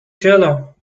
jello